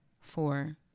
four